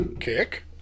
kick